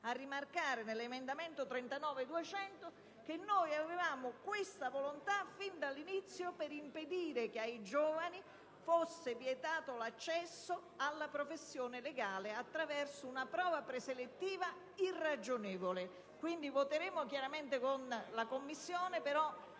intervento sull'emendamento 39.200 che avevamo manifestato questa volontà fin dell'inizio per impedire che ai giovani fosse vietato l'accesso alla professione legale attraverso una prova preselettiva irragionevole. Quindi, voteremo chiaramente con la Commissione, però